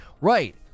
Right